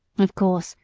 of course,